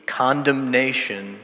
condemnation